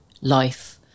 life